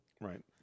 right